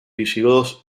visigodos